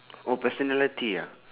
oh personality ah